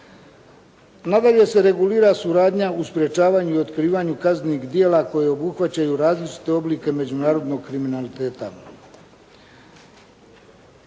Nadalje se regulira suradnja u sprječavanju i otkrivanju kaznenih djela koje obuhvaćaju različite oblike međunarodnog kriminaliteta.